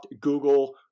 Google